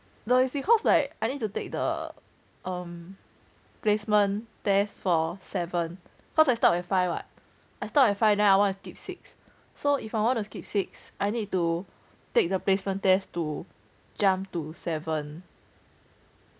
no it's because like I need to take the um placement test for seven cause I stop at five what I stop at five then I wanna skip six so if I wanna skip six I need to take the placement test to jump to seven